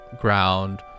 ground